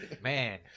Man